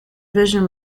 division